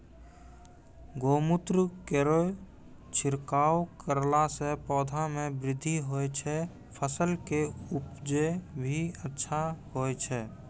गौमूत्र केरो छिड़काव करला से पौधा मे बृद्धि होय छै फसल के उपजे भी अच्छा होय छै?